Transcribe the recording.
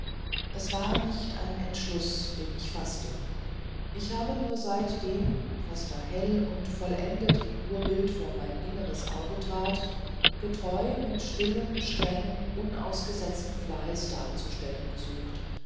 es war nicht ein entschluß den ich faßte ich habe nur seitdem was da hell und vollendet im urbild vor mein inneres auge trat getreu mit stillem strengen unausgesetzten fleiß darzustellen gesucht